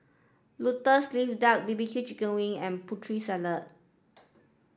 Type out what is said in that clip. lotus leaf duck B B Q chicken wing and Putri Salad